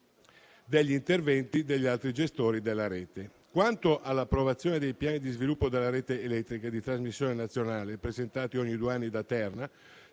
degli interventi degli altri gestori della rete. Quanto all'approvazione dei piani di sviluppo della rete elettrica di trasmissione nazionale presentati ogni due anni da Terna,